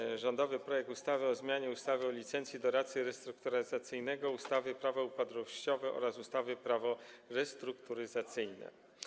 Chodzi o rządowy projekt ustawy o zmianie ustawy o licencji doradcy restrukturyzacyjnego, ustawy Prawo upadłościowe oraz ustawy Prawo restrukturyzacyjne.